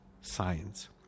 science